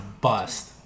bust